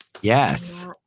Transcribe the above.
Yes